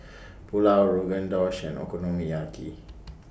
Pulao Rogan Josh and Okonomiyaki